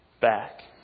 back